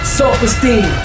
self-esteem